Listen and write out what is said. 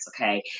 okay